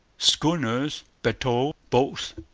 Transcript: schooners, bateaux, boats,